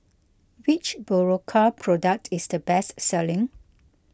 which Berocca product is the best selling